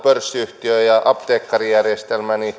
pörssiyhtiö vai apteekkarijärjestelmä